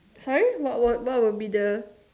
sorry what will what will be the